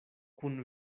kun